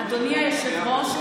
אדוני היושב-ראש,